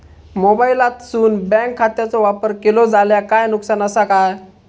मोबाईलातसून बँक खात्याचो वापर केलो जाल्या काय नुकसान असा काय?